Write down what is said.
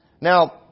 Now